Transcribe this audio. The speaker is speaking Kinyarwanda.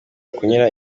kunyuramo